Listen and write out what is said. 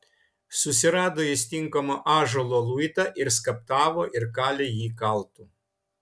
susirado jis tinkamą ąžuolo luitą ir skaptavo ir kalė jį kaltu